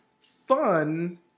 fun